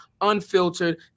unfiltered